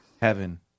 Heaven